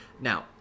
Now